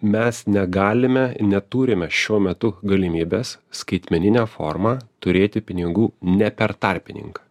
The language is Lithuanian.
mes negalime neturime šiuo metu galimybės skaitmenine forma turėti pinigų ne per tarpininką